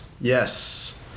yes